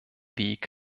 weg